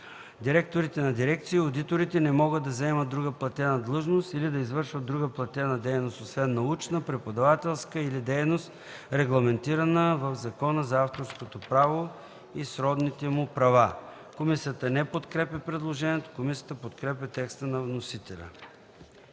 Директорите на дирекции и одиторите не могат да заемат друга платена длъжност или да извършват друга платена дейност освен научна, преподавателска или дейност, регламентирана в Закона за авторското право и сродните му права.” Комисията не подкрепя предложението. Комисията подкрепя текста на вносителя